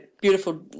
beautiful